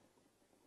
הירוק.